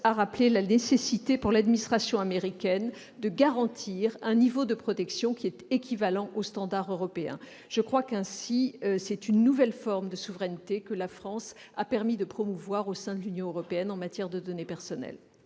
a rappelé la nécessité, pour l'administration américaine, de garantir un niveau de protection équivalent au standard européen. Ainsi, c'est une nouvelle forme de souveraineté que notre pays a promu au sein de l'Union européenne en matière de données personnelles.